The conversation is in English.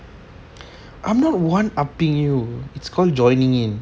I'm not one upping you it's called joining in